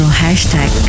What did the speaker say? hashtag